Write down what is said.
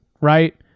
right